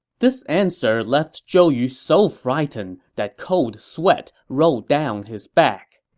this answer left zhou yu so frightened that cold sweat rolled down his back.